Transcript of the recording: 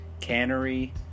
Cannery